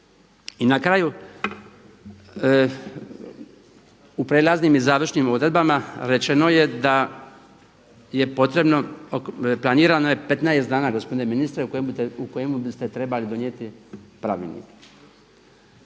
I na kraju, u prelaznim i završnim odredbama rečeno je da potrebno, planirano je 15 dana gospodine ministre u kojima biste trebali donijeti pravilnik,